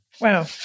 Wow